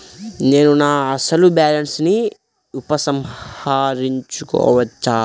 నేను నా అసలు బాలన్స్ ని ఉపసంహరించుకోవచ్చా?